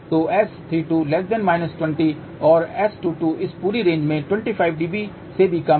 तो S32 20 और S22 इस पूरी रेंज में 25 dB से भी कम है